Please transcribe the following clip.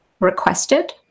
requested